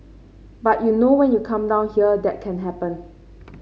but you know when you come down here that can happen